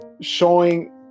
showing